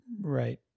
right